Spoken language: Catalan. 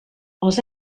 els